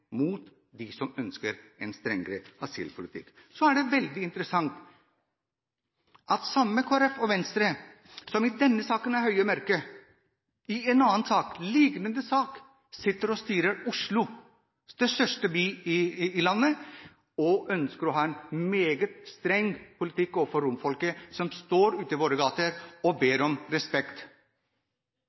ønsker en strengere asylpolitikk. Så er det veldig interessant at de samme, Kristelig Folkeparti og Venstre – som i denne saken er høye og mørke – styrer i Oslo, den største byen i landet, og der i en lignende sak ønsker en meget streng politikk overfor romfolk som står i våre gater og ber om respekt.